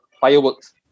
fireworks